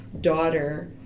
daughter